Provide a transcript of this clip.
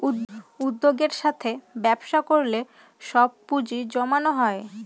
উদ্যোগের সাথে ব্যবসা করলে সব পুজিঁ জমানো হয়